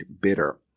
bitter